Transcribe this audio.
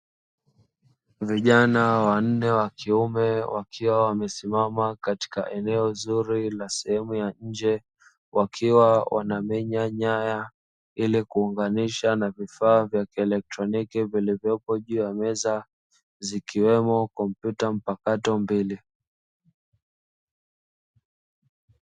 Vijana wannne wakiwa wamesimama katika eneo zuri la sehemu ya nje wakiwa wanamenya waya ilikuunganisha na vifaa vya kieletroniki vilivyopo juu ya meza vikiwemo kompyuta mpakato mbili.